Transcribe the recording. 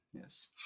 Yes